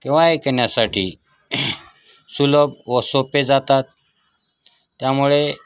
किंवा ऐकण्यासाठी सुलभ व सोपे जातात त्यामुळे